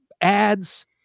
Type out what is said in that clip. ads